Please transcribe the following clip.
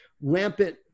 rampant